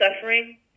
suffering